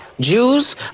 Jews